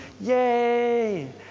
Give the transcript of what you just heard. yay